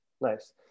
nice